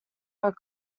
were